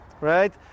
right